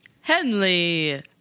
Henley